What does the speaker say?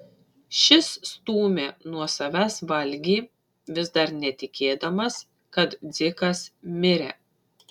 šis stūmė nuo savęs valgį vis dar netikėdamas kad dzikas mirė